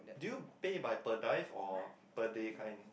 do you pay by per dive or per day kind